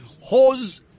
Hose